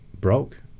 broke